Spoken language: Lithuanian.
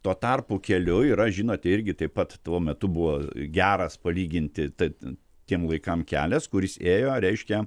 tuo tarpu keliu yra žinote irgi taip pat tuo metu buvo geras palyginti tad tiem laikam kelias kuris ėjo reiškia